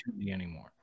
anymore